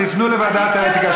תפנו לוועדת האתיקה,